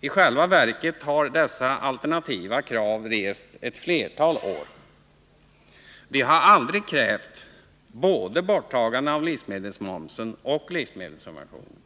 I själva verket har dessa alternativa krav rests ett flertal år. Vi har aldrig krävt både borttagande av livsmedelsmomsen och livsmedelssubventionerna.